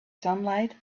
sunlight